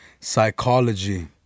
Psychology